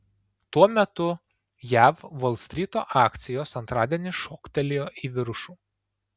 tuo metu jav volstryto akcijos antradienį šoktelėjo į viršų